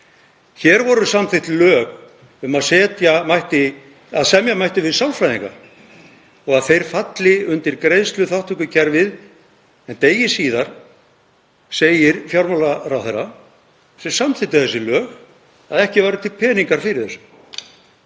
Hér voru samþykkt lög um að semja mætti við sálfræðinga og að þeir falli undir greiðsluþátttökukerfið en degi síðar segir fjármálaráðherrann, sem samþykkti þessi lög, að ekki séu til peningar fyrir þessu.